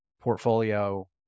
portfolio